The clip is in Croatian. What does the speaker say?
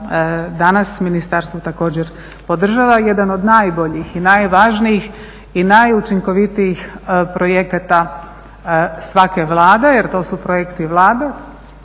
danas Ministarstvo također podržava jedan od najboljih i najvažnijih i najučinkovitijih projekata svake Vlade jer to su projekti Vlade